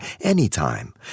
anytime